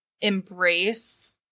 embrace